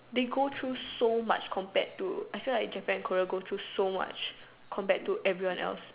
they go through so much compared to I feel like Japan Korean go through so much compared to everyone else